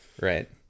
right